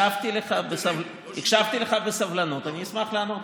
היתרים, לא שיווקים.